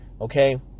okay